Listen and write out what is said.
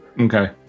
Okay